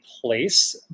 place